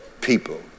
people